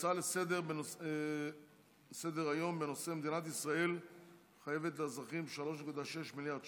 הצעה לסדר-היום בנושא: מדינת ישראל חייבת לאזרחים 3.6 מיליארד שקל,